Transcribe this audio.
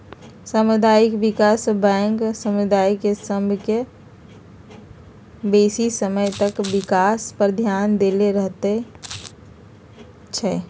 सामुदायिक विकास बैंक समुदाय सभ के बेशी समय तक विकास पर ध्यान देले रहइ छइ